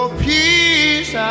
peace